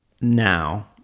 now